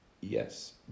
Yes